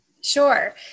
Sure